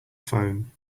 phone